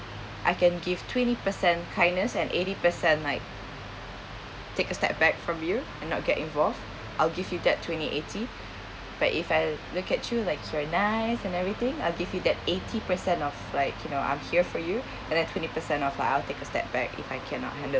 I can give twenty percent kindness and eighty percent like take a step back from you and not get involved I'll give you that twenty eighty but if I look at you like you're nice and everything I'll give you that eighty percent of like you know I'm here for you and then twenty percent off I'll take a step back if I cannot handle